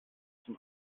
zum